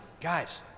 guys